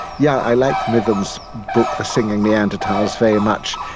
yeah i like mithen's book the singing neanderthals very much,